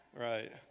Right